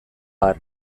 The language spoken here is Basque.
har